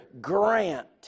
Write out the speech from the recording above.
grant